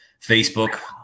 Facebook